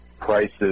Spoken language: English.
prices